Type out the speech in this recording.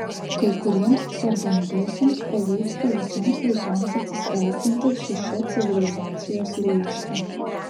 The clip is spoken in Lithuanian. kai kuriems sergantiesiems pavyksta visiems laikams atsisveikinti su šia civilizacijos rykšte